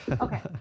Okay